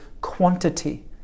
quantity